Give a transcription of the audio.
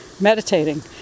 meditating